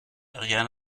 rien